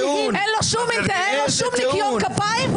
אין לו שום ניקיון כפיים,